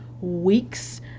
weeks